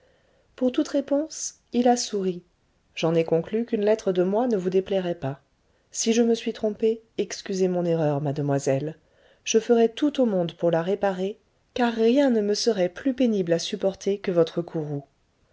pour toute réponse il a souri j'en ai conclu qu'une lettre de moi ne vous déplairait pas si je me suis trompé excusez mon erreur mademoiselle je ferai tout au monde pour la réparer car rien ne me serait plus pénible à supporter que votre